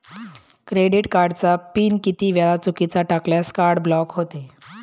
Credit कार्डचा pin किती वेळा चुकीचा टाकल्यास कार्ड ब्लॉक होते?